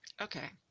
Okay